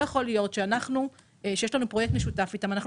לא יכול להיות שיש לנו פרויקט משותף איתם ואנחנו